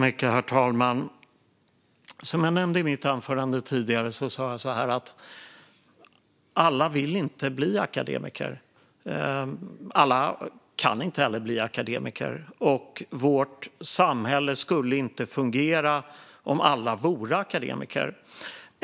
Herr talman! Som jag sa i mitt anförande: Alla vill inte bli akademiker. Alla kan inte heller bli akademiker, och vårt samhälle skulle inte fungera om alla vore akademiker.